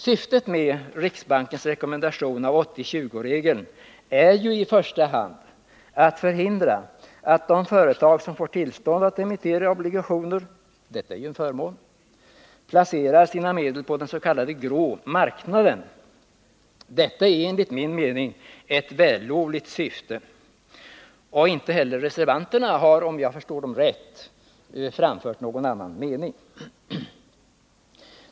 Syftet med riksbankens rekommendation av 80-20-regeln är i första hand att förhindra att de företag som får tillstånd att emittera obligationer — det är ju-en förmån — placerar sina medel på den s.k. grå marknaden. Detta är enligt min mening ett vällovligt syfte, och inte heller reservanterna, om jag har förstått dem rätt, har anfört någon annan mening.